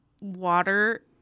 water